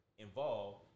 involved